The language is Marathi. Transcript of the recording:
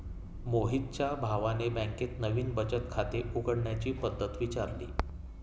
मोहितच्या भावाने बँकेत नवीन बचत खाते उघडण्याची पद्धत विचारली